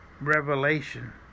Revelation